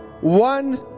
one